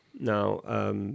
Now